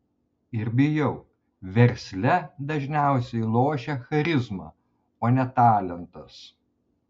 ir bijau versle dažniausiai lošia charizma o ne talentas